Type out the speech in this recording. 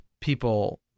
people